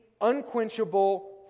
unquenchable